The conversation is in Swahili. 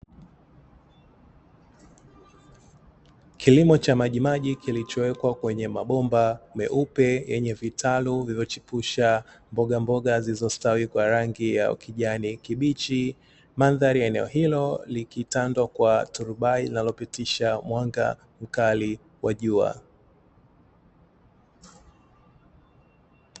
Kilimo cha maji maji kilichowekwa kwenye mabomba meupe yenye vitalu vilivyochepusha mbogamboga zilizostawi kwa rangi ya kijani kibichi. Mandhari ya eneo hilo likitandwa na turubai linalopitisha mwanga mkali wa jua.